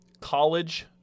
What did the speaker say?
college